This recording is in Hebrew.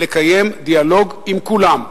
לקיים דיאלוג עם כולם,